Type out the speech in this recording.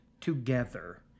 together